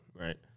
right